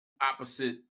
opposite